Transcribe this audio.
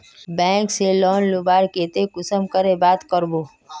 Bank से loan लुबार केते कुंसम करे बात करबो?